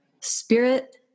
spirit